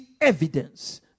evidence